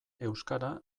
euskara